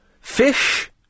Fish